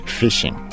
fishing